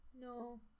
No